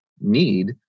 need